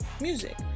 Music